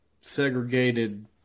segregated